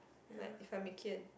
like if I'm making